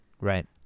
Right